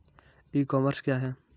E commerce क्या है?